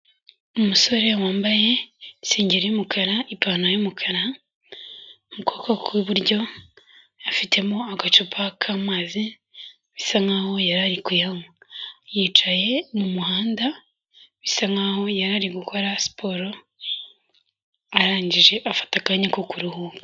Umusore wambaye isengeri y'umukara, ipantaro y'umukara, mu kuboko kw'iburyo afitemo agacupa k'amazi bisa nkaho yari kuyanywa. Yicaye mu muhanda, bisa nkaho yariri gukora siporo, arangije afata akanya ko kuruhuka.